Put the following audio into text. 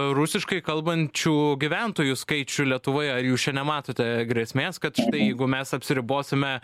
rusiškai kalbančių gyventojų skaičių lietuvoje ar jūs čia nematote grėsmės kad štai jeigu mes apsiribosime